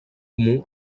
comú